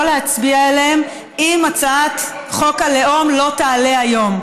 להצביע עליהן אם הצעת חוק הלאום לא תעלה היום?